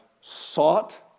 sought